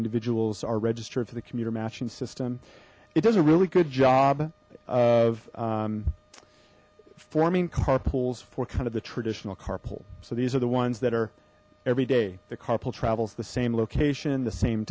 individuals are registered for the commuter matching system it does a really good job of forming carpools for kind of the traditional carpool so these are the ones that are every day the carpool travels the same location the same